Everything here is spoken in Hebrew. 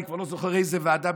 אני כבר לא זוכר איזו ועדה,